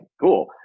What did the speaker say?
cool